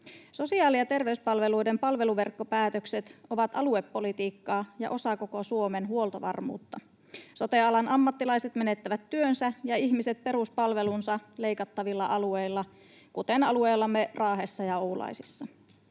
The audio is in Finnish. Sosiaali- ja terveyspalveluiden palveluverkkopäätökset ovat aluepolitiikkaa ja osa koko Suomen huoltovarmuutta. Sote-alan ammattilaiset menettävät työnsä ja ihmiset peruspalvelunsa leikattavilla alueilla, kuten alueellamme Raahessa ja Oulaisissa.